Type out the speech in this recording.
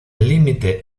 límite